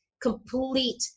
complete